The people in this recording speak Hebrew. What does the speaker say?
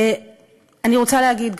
אני רוצה להגיד,